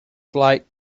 flight